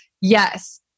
yes